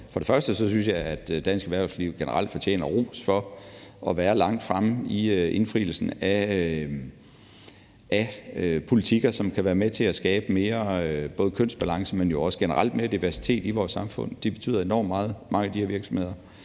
for det første, at dansk erhvervsliv generelt fortjener ros for at være langt fremme i indfrielsen af politikker, som kan være med til at skabe både mere kønsbalance, men jo også generelt mere diversitet i vores samfund. Det betyder enormt meget i mange af de her virksomheder.